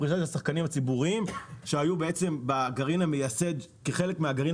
הפרישה של השחקנים הציבוריים שהיו בעצם כחלק מהגרעין